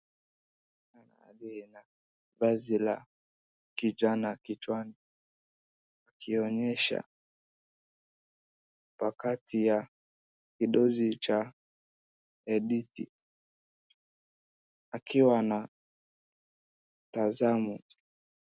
Vazi la kijana kichwani akionyesha pakati ya vidozi cha hadithi akiwa anatazamwa.